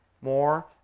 more